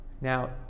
Now